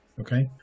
okay